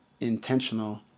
intentional